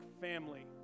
family